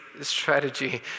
strategy